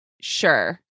sure